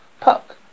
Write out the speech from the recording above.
Puck